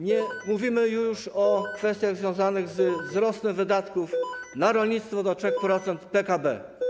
Nie mówimy już o kwestiach związanych ze wzrostem wydatków na rolnictwo do 3% PKB.